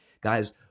Guys